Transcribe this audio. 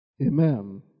Amen